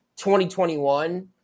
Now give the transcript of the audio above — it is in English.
2021